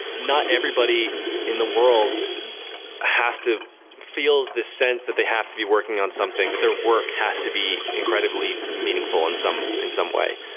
not everybody in the world has to feels this sense that they have to be working on something that their work has to be incredibly meaningful in some in some way.